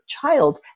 child